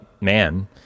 man